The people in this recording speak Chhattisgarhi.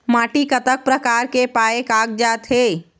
माटी कतक प्रकार के पाये कागजात हे?